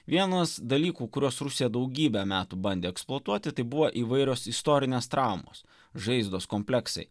vienas dalykų kuriuos rusija daugybę metų bandė eksploatuoti tai buvo įvairios istorinės traumos žaizdos kompleksai